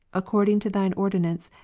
according to thine ordinance,